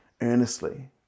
earnestly